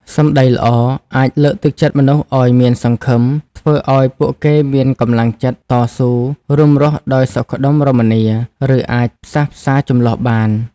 សម្ដីល្អ អាចលើកទឹកចិត្តមនុស្សឱ្យមានសង្ឃឹម ធ្វើឱ្យពួកគេមានកម្លាំងចិត្ត តស៊ូ រួមរស់ដោយសុខដុមរមនា ឬអាចផ្សះផ្សាជម្លោះបាន។